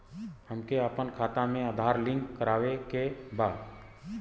हमके अपना खाता में आधार लिंक करावे के बा?